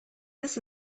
this